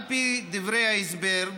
על פי דברי ההסבר,